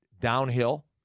downhill